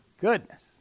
Goodness